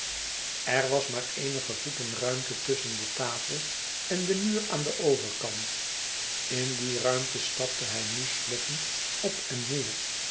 er was maar eenige voeten ruimte tusschen de tafel en den muur aan den overkant in die ruimte stapte hij nu sloffend op en neer